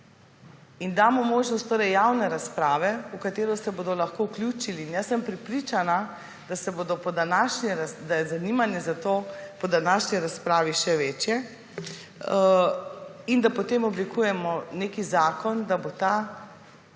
in damo možnost torej javne razprave, v katero se bodo lahko vključili, in jaz sem prepričana, da je zanimanje za to po današnji razpravi še večje, in da potem oblikujemo zakon, da bo ta